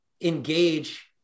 engage